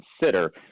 consider